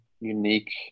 unique